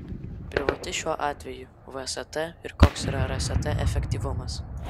privati šiuo atveju vst ir koks yra rst efektyvumas